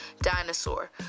dinosaur